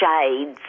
shades